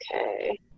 Okay